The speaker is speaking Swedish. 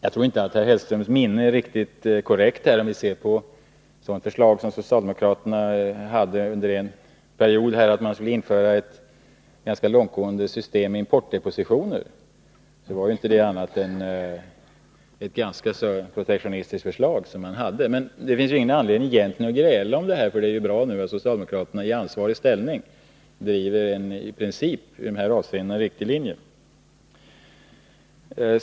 Jag tror inte att herr Hellströms minnesbild här är riktigt korrekt. Vi kan se på det förslag om att vi skulle införa ett tämligen långtgående system med importdepositioner som socialdemokraterna förde fram under en period. Det var inget annat än ett ganska protektionistiskt förslag. Men det finns egentligen ingen anledning att gräla om detta, för det är bra att socialdemokraterna nu, i ansvarig ställning, i dessa avseenden bedriver en i princip riktig linje.